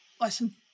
listen